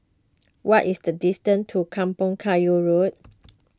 what is the distance to Kampong Kayu Road